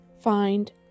Find